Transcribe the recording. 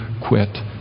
quit